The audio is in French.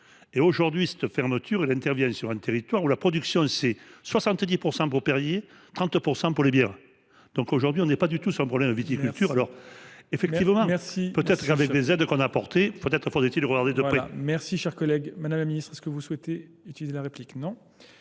Et aujourd'hui, cette fermeture intervient sur un territoire où la production c'est 70% pour périller, 30% pour les bières. Donc aujourd'hui, on n'est pas du tout sur le problème de viticulture. Alors effectivement, peut-être qu'avec les aides qu'on a apportées, il faudrait-il regarder de près. Merci, Merci, cher collègue. Madame la Ministre, est-ce que vous souhaitez utiliser la réplique ? Non.